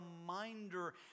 reminder